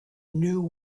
new